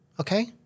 okay